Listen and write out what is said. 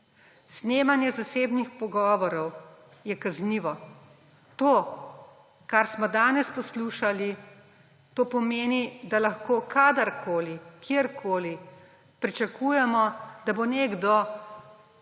Snemanje zasebnih pogovorov je kaznivo. To, kar smo danes poslušali, to pomeni, da lahko kadarkoli, kjerkoli pričakujemo, da bo nekdo vzel